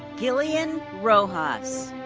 gilian rojas.